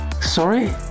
Sorry